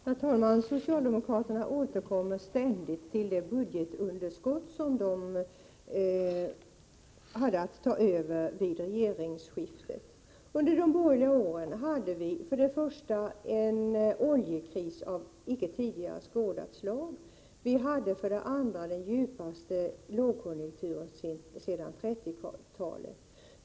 Herr talman! Socialdemokraterna återkommer ständigt till det budgetun 19 maj 1988 derskott som de fick ta över vid regeringsskiftet. Under de borgerliga åren” hade vi för det första en oljekris av icke tidigare skådat slag. Vi hade för det andra den djupaste lågkonjunkturen sedan 1930-talet.